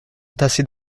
entassés